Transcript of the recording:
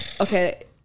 Okay